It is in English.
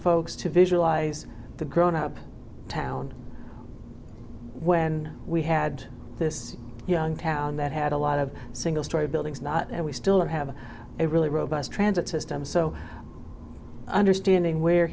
folks to visualize the grown up town when we had this young town that had a lot of single storey buildings and we still have a really robust transit system so understanding where